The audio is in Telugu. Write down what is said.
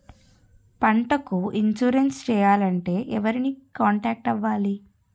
పంటకు ఇన్సురెన్స్ చేయాలంటే ఎవరిని కాంటాక్ట్ అవ్వాలి?